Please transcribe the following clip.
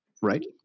Right